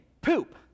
poop